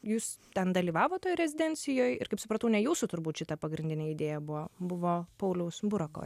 jūs ten dalyvavot toj rezidencijoj ir kaip supratau ne jūsų turbūt šita pagrindinė idėja buvo buvo pauliaus buroko